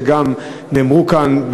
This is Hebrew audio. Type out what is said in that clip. שגם נאמרו כאן,